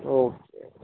okay